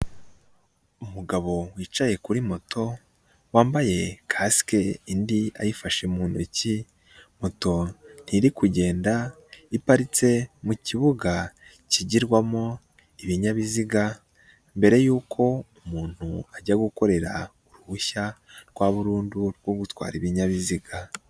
Umugabo wicaye kuri moto wambaye kasike indi ayifashe mu ntoki, moto iri kugenda iparitse mu kibuga kigirwamo ibinyabiziga, mbere yuko umuntu ajya gukorera uruhushya rwa burundu rwo gutwara ibinyabiziga.